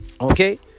Okay